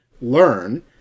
learn